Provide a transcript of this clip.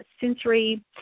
sensory